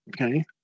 Okay